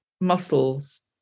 muscles